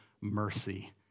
mercy